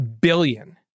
billion